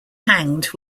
hanged